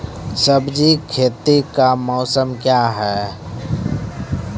सब्जी खेती का मौसम क्या हैं?